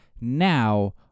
Now